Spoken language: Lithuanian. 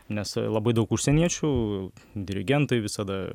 nes labai daug užsieniečių dirigentai visada